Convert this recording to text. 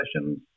sessions